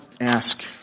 ask